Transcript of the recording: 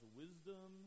wisdom